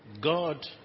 God